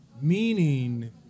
meaning